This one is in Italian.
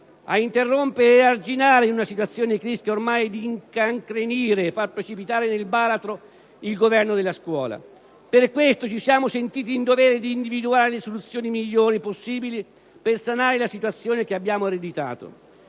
ad interrompere e arginare una situazione che rischia ormai di incancrenirsi e far precipitare nel baratro il governo della scuola: per questo motivo ci siamo sentiti in dovere di individuare le migliori soluzioni possibili per sanare la situazione che abbiamo ereditato.